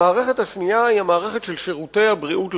המערכת השנייה היא המערכת של שירותי הבריאות לתלמיד,